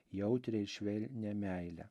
jautrią ir švelnią meilę